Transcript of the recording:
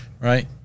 Right